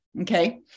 Okay